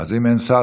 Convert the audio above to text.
אז אם אין שר,